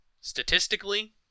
statistically